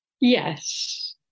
Yes